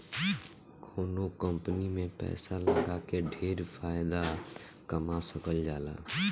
कवनो कंपनी में पैसा लगा के ढेर फायदा कमा सकल जाला